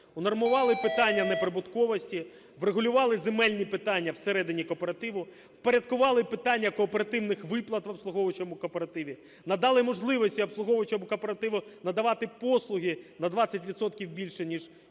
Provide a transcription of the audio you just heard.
унормували питання неприбутковості, врегулювали земельні питання всередині кооперативу; впорядкували питання кооперативних виплат у обслуговуючому кооперативі; надали можливості обслуговуючому кооперативу надавати послуги на 20 відсотків більше, ніж є в